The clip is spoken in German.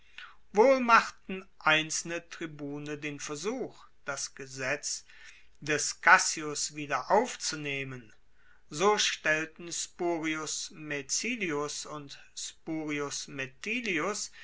wohl machten einzelne tribune den versuch das gesetz des cassius wieder aufzunehmen so stellten spurius maecilius und spurius